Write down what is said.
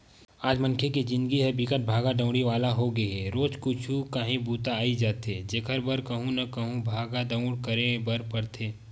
आज मनखे के जिनगी ह बिकट भागा दउड़ी वाला होगे हे रोजे कुछु काही बूता अई जाथे जेखर बर कहूँ न कहूँ भाग दउड़ करे बर परथे